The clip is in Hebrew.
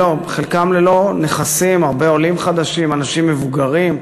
חלקם ללא נכסים, הרבה עולים חדשים, אנשים מבוגרים,